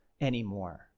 anymore